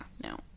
No